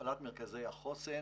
הפעלת מרכזי חוסן